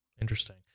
interesting